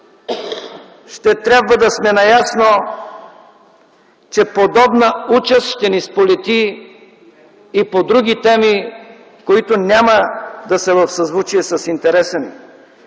ще трябва да сме наясно, че подобна участ ще ни сполети и по други теми, които няма да са в съзвучие с интереса ни.